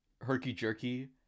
herky-jerky